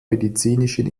medizinischen